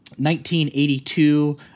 1982